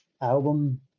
album